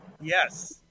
Yes